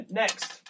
next